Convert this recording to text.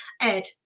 Ed